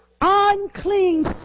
unclean